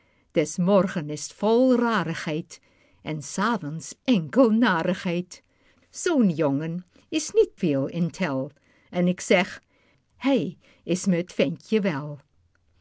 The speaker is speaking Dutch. des morgens is t vol rarigheid en s avonds enkel narigheid zoo'n jongen is niet veel in tel en k zeg hij is me t ventje wel